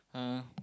uh